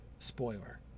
Spoiler